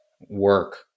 work